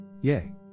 Yay